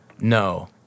no